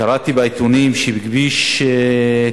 קראתי בעיתונים שהחליטו לטפל בכביש 90,